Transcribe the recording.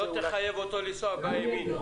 לא תחייב אותו לנסוע בימין.